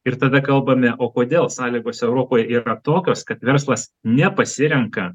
ir tada kalbame o kodėl sąlygos europoj yra tokios kad verslas nepasirenka